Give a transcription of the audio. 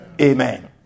Amen